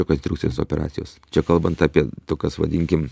rekonstrukcinės operacijos čia kalbant apie tokias vadinkim